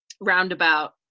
roundabout